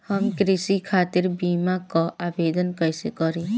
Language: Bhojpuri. हम कृषि खातिर बीमा क आवेदन कइसे करि?